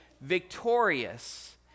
victorious